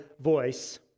voice